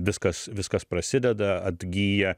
viskas viskas prasideda atgyja